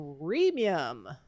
Premium